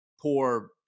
poor